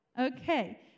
Okay